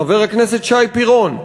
חבר הכנסת שי פירון.